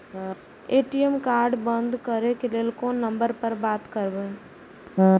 ATM card बंद करे के लेल कोन नंबर पर बात करबे?